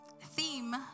theme